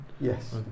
Yes